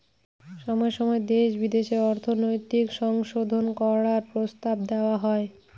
সময় সময় দেশে বিদেশে অর্থনৈতিক সংশোধন করার প্রস্তাব দেওয়া হয়